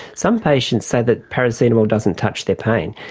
some patients say that paracetamol doesn't touch their pain,